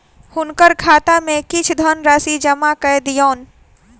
हुनकर खाता में किछ धनराशि जमा कय दियौन